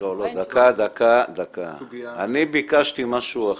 לא, אני ביקשתי משהו אחר.